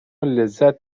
لذت